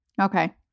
Okay